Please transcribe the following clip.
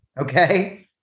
Okay